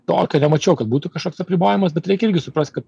tokio nemačiau kad būtų kažkoks apribojimas bet reikia suprast kad